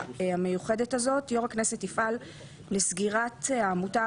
המיוחדת הזאת: יו"ר הכנסת יפעל לסגירת העמותה